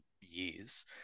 years